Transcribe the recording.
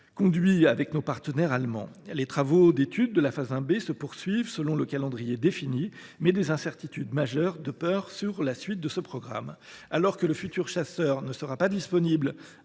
conduit avec nos partenaires allemands. Les travaux d’études de la phase 1B se poursuivent selon le calendrier défini, mais des incertitudes majeures persistent quant à la suite de ce programme. Le futur chasseur ne sera pas disponible